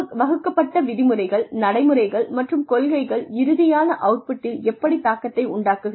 வகுக்கப்பட்ட விதிமுறைகள் நடைமுறைகள் மற்றும் கொள்கைகள் இறுதியான அவுட்புட்டில் எப்படித் தாக்கத்தை உண்டாக்குகிறது